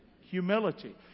Humility